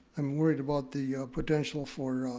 i'm worried about the ah potential for